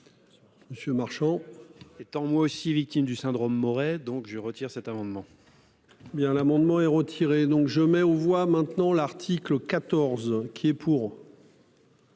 Monsieur Marchand étant moi aussi victime du syndrome Moret donc je retire cet amendement.-- Bien. L'amendement est retiré donc je mets aux voix maintenant. L'article 14 qui est pour.--